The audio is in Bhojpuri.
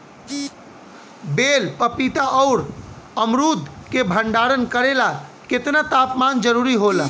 बेल पपीता और अमरुद के भंडारण करेला केतना तापमान जरुरी होला?